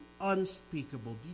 unspeakable